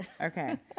okay